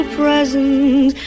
present